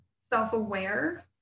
self-aware